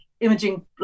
imaging